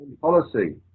policy